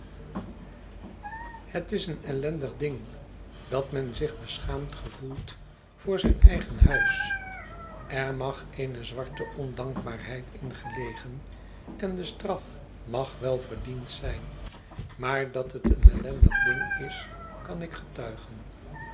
het is een ellendig ding dat men zich beschaamd gevoelt voor zijn eigen huis er mag eene zwarte ondankbaarheid in gelegen en de straf mag wel verdiend z'yn maar dat het een ellendig ding is kan ik getuigen